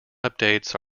updates